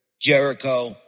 Jericho